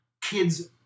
kids